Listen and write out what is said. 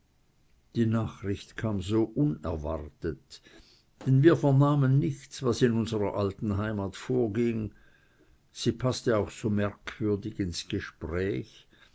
die nachricht kam so unerwartet denn wir vernahmen nichts was in unserer alten heimat vorging sie paßte auch so merkwürdig in das gespräch